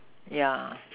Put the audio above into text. yeah